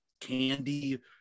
candy